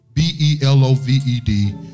B-E-L-O-V-E-D